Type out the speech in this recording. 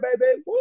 baby